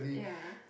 yeah